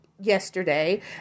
yesterday